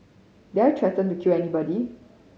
did I threaten to kill anybody